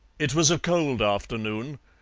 it was a cold afternoon,